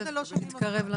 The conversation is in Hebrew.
יהודה, לא שומעים אותך.